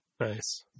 Nice